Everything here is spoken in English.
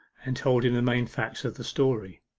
and told him the main facts of the story.